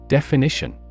Definition